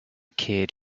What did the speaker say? kid